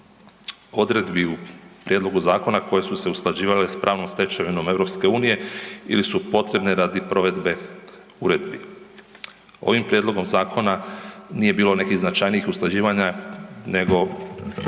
odredbi u prijedlogu zakona koje su se usklađivale s pravnom stečevinom EU ili su potrebne radi provedbe uredbi. Ovim prijedlogom zakona nije bilo nekih značajnijih usklađivanja nego